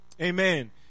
Amen